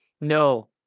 No